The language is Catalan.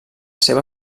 seva